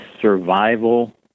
survival